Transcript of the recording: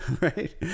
right